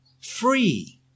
free